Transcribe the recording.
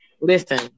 Listen